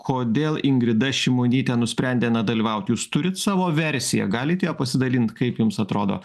kodėl ingrida šimonytė nusprendė nedalyvaut jūs turit savo versiją galit ją pasidalint kaip jums atrodo